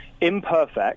imperfect